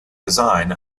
design